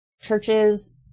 churches